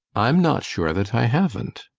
i'm not sure that i haven't.